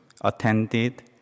attended